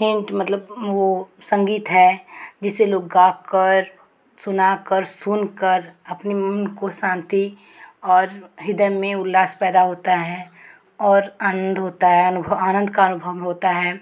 hint मतलब वो संगीत है जिसे लोग गाकर सुनाकर सुनकर अपने मन को शान्ति और हृदय में उल्लास पैदा होता है और आनंद होता है अनुभव आनंद का अनुभव होता है